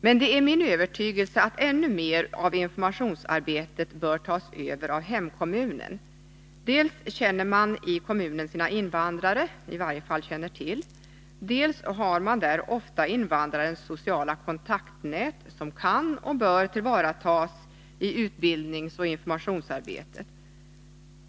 Men det är min övertygelse att ännu mer av informationsarbetet bör tas över av hemkommunen. Dels känner man i kommunen sina invandrare, i varje fall känner man till dem, dels har man där ofta invandrarens sociala kontaktnät, som kan och bör tillvaratas i utbildningsoch informationsarbetet.